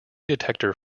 detector